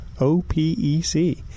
O-P-E-C